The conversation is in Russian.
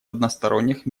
односторонних